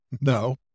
No